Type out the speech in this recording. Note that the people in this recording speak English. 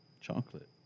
chocolate